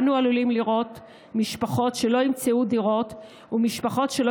אנו עלולים לראות משפחות שלא ימצאו דירות ומשפחות שלא